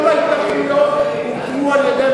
כל ההתנחלויות הוקמו על-ידי,